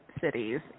cities